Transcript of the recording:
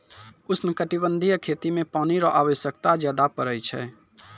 उष्णकटिबंधीय खेती मे पानी रो आवश्यकता ज्यादा पड़ै छै